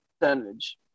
percentage